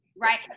Right